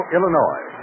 Illinois